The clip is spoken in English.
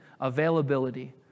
availability